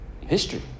history